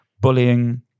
bullying